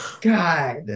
God